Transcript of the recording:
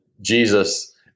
Jesus